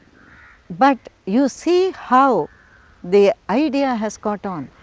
but you see how the idea has caught on.